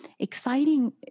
exciting